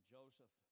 Joseph